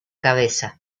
cabeza